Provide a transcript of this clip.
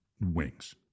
wings